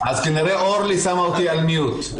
תציג את עצמך לפרוטוקול כי לא